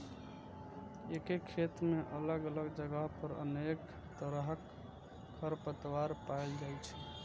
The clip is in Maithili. एके खेत मे अलग अलग जगह पर अनेक तरहक खरपतवार पाएल जाइ छै